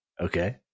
Okay